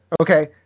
okay